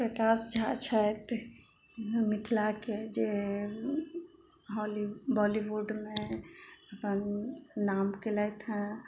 प्रकाश झा छथि मिथिलाके जे हॉली बॉलीवुडमे अपन नाम कयलथि हँ